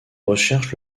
recherches